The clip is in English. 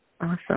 Awesome